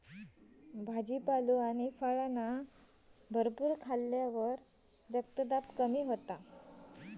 भाजीपालो आणि फळांचो भरपूर आहार घेतल्यावर रक्तदाब कमी होऊ शकता